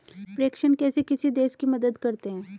प्रेषण कैसे किसी देश की मदद करते हैं?